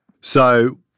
So-